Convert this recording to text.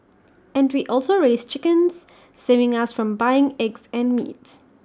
and we also raise chickens saving us from buying eggs and meats